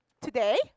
today